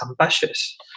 ambitious